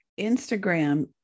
Instagram